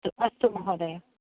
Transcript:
अस्तु अस्तु महोदय